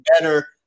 better